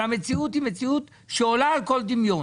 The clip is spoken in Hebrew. והמציאות היא מציאות שעולה על כל דמיון.